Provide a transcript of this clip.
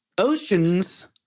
Oceans